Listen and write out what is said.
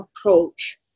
approach